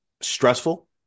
stressful